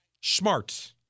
smart